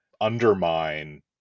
undermine